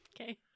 Okay